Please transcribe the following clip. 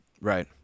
Right